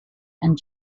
and